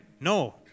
No